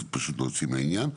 אז פשוט נוציא מהעניין.